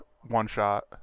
one-shot